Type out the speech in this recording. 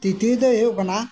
ᱛᱨᱤᱛᱤᱭᱚ ᱫᱚᱭ ᱦᱩᱭᱩᱜ ᱠᱟᱱᱟ